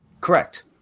correct